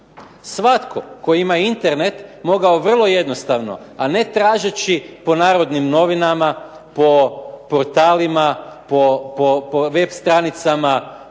svatko tko ima internet mogao vrlo jednostavno a ne tražeći po Narodnim novinama, po portalima, po web stranicama